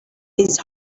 his